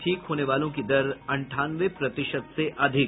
ठीक होने वालों की दर अंठानवे प्रतिशत से अधिक